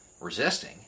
resisting